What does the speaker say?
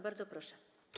Bardzo proszę.